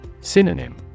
Synonym